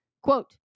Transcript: quote